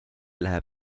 läheb